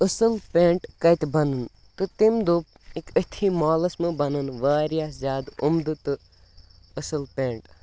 اَصٕل پٮ۪نٛٹ کَتہِ بَنَن تہٕ تٔمۍ دوٚپ ایٚکۍ أتھی مالَس منٛز بَنَن واریاہ زیادٕ عُمدٕ تہٕ اَصٕل پٮ۪نٛٹ